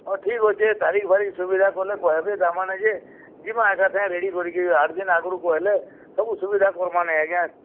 ହଁ ଠିକ୍ ଅଛେ ତାରିଖ୍ ଫାରିଖ୍ ସୁବିଧା କଲେ କହେବେ ତା'ର୍ମାନେ ଯେ ଯିମା ଏକା ସାଙ୍ଗେ ରେଡ଼ି କରିକିରି ଆଠ୍ ଦିନ୍ ଆଗ୍ରୁ କହେଲେ ସବୁ ସୁବିଧା କର୍ମା ନେ ଆଜ୍ଞା